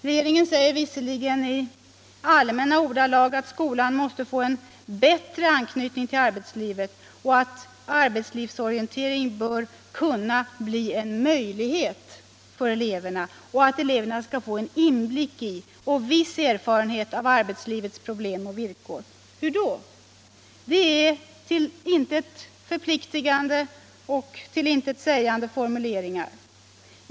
Regeringen säger visserligen i allmänna ordalag att skolan måste få en bättre anknytning till arbetslivet, att arbetslivsorientering bör kunna bli en möjlighet för eleverna och att eleverna skall få en inblick i och viss erfarenhet av arbetslivets problem och villkor. Hur då? Det är till intet förpliktigande och intetsägande formuleringar.